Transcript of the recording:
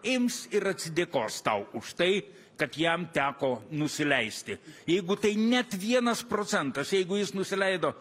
ims ir atsidėkos tau už tai kad jam teko nusileisti jeigu tai net vienas procentas jeigu jis nusileido